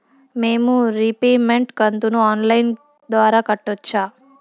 మేము రీపేమెంట్ కంతును online ద్వారా కట్టొచ్చా